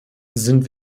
sind